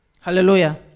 hallelujah